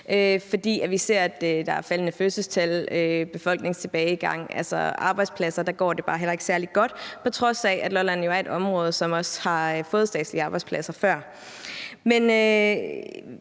fordi der er faldende fødselstal og befolkningstilbagegang. I forhold til arbejdspladser går det bare heller ikke særlig godt, på trods af at Lolland jo er et område, som også har fået statslige arbejdspladser før.